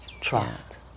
Trust